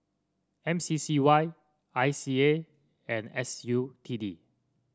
M C C Y I C A and S U T D